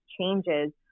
changes